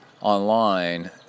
online